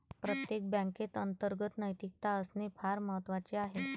प्रत्येक बँकेत अंतर्गत नैतिकता असणे फार महत्वाचे आहे